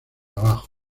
abajo